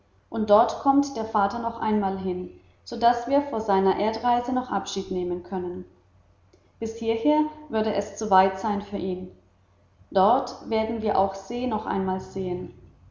und dort kommt der vater noch einmal hin so daß wir vor seiner erdreise noch abschied nehmen können bis hierhin würde es zu weit sein für ihn dort werden wir auch se noch einmal sehen